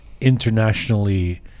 Internationally